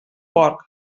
porc